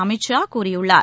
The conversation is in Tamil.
அமித் ஷா கூறியுள்ளார்